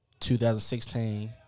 2016